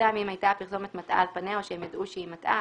(2)אם היתה הפרסומת מטעה על פניה או שהם ידעו שהיא מטעה,